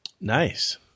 Nice